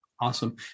Awesome